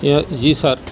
جی سر